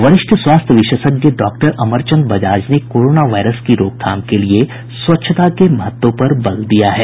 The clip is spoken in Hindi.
वरिष्ठ स्वास्थ्य विशेषज्ञ डॉक्टर अमरचंद बजाज ने कोरोना वायरस की रोकथाम के लिए स्वच्छता के महत्व पर बल दिया है